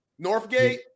Northgate